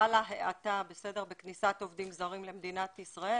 חלה האטה בכניסת עובדים זרים למדינת ישראל.